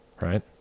right